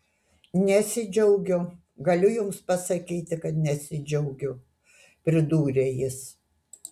nesidžiaugiu galiu jums pasakyti kad nesidžiaugiu pridūrė jis